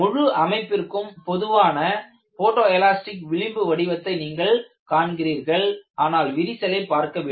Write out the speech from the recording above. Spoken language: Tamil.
முழு அமைப்பிற்கும் பொதுவான போட்டோ எலாஸ்டிக் விளிம்பு வடிவத்தை நீங்கள் காண்கிறீர்கள் ஆனால் விரிசலை பார்க்கவில்லை